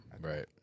Right